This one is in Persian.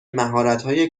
مهارتهای